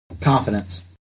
Confidence